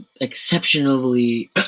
Exceptionally